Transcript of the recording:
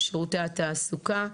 "שירותי התעסוקה",